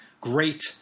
great